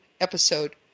episode